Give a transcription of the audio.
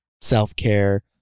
self-care